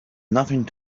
nothing